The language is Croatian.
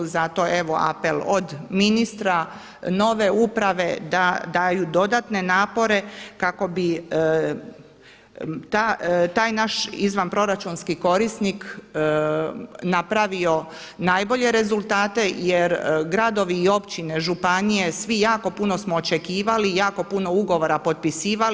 Zato evo apel od ministra, nove uprave da daju dodatne napore kako bi taj naš izvanproračunski korisnik napravio najbolje rezultate jer gradovi i općine, županije svi jako puno smo očekivali i jako puno ugovora potpisivali.